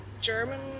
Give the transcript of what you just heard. German